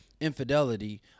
infidelity